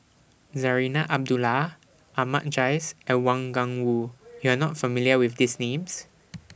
Zarinah Abdullah Ahmad Jais and Wang Gungwu YOU Are not familiar with These Names